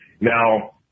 Now